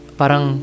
parang